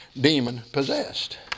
demon-possessed